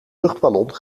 luchtballon